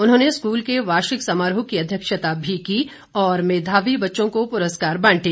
उन्होंने स्कूल के वार्षिक समारोह की अध्यक्षता भी की और मेधावी बच्चों को पुरस्कार बांटे